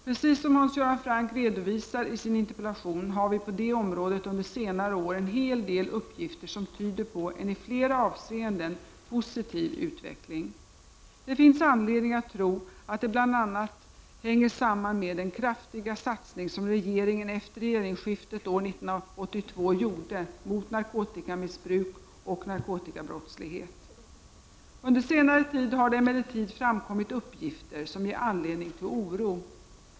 Precis som Hans Göran Franck redovisar i sin interpellation har vi på det området under senare år en hel del uppgifter som tyder på en i flera avseenden positiv utveckling. Det finns anledning att tro att det bl.a. hänger samman med den kraftiga satsning som regeringen efter regeringsskiftet år 1982 gjorde mot narkotikamissbruk och narkotikabrottslighet. Under senare tid har det emellertid framkommit uppgifter som ger anledning till oro.